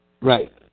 Right